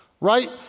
right